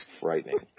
Frightening